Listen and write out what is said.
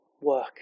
work